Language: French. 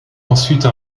ensuite